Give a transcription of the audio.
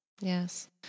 Yes